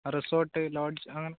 resort lodge